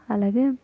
అలాగే